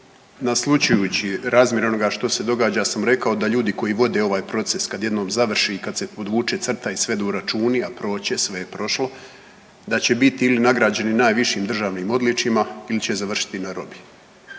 naslućujući razmjer onoga što se događa ja sam rekao da ljudi koji vode ovaj proces kad jednom završi i kad se podvuče crta i svedu računi, a proći će, sve je prošlo, da će biti ili nagrađeni najvišim državnim odličjima ili će završiti na robiji.